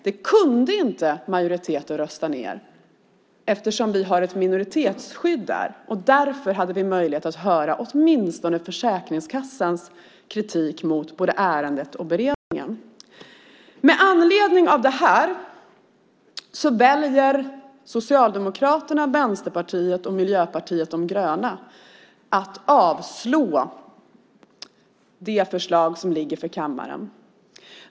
Det kunde majoriteten inte rösta ned eftersom vi har ett minoritetsskydd där. Därför hade vi möjlighet att höra åtminstone Försäkringskassans kritik mot både ärendet och beredningen. Med anledning av detta väljer Socialdemokraterna, Vänsterpartiet och Miljöpartiet de gröna att avstyrka det förslag som nu ligger på kammarens bord.